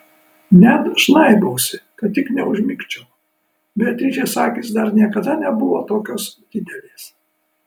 net žnaibausi kad tik neužmigčiau beatričės akys dar niekada nebuvo tokios didelės